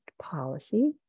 policy